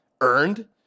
earned